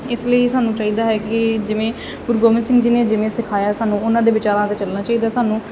ਇਸ ਲਈ ਸਾਨੂੰ ਚਾਹੀਦਾ ਹੈ ਕਿ ਜਿਵੇਂ ਗੁਰੂ ਗੋਬਿੰਦ ਸਿੰਘ ਜੀ ਨੇ ਜਿਵੇਂ ਸਿਖਾਇਆ ਸਾਨੂੰ ਉਹਨਾਂ ਦੇ ਵਿਚਾਰਾਂ 'ਤੇ ਚੱਲਣਾ ਚਾਹੀਦਾ ਸਾਨੂੰ